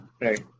Right